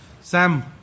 Sam